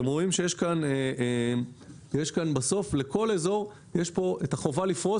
אתם רואים שלכל אזור יש את החובה לפרוס